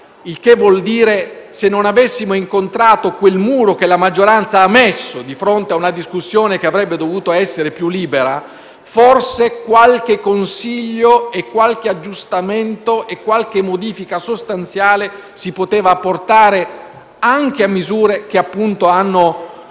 ovvero se non avessimo incontrato quel muro che la maggioranza ha messo di fronte a una discussione che avrebbe dovuto essere più libera, forse qualche consiglio, qualche aggiustamento e qualche modifica sostanziale si potevano apportare anche a misure che hanno un